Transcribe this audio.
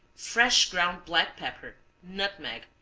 fresh ground black pepper, nutmeg,